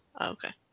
Okay